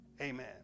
Amen